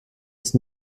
ist